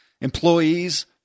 employees